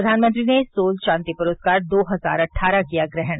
प्रधानमंत्री ने सोल शांति पुरस्कार दो हजार अट्ठारह किया ग्रहण